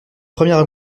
première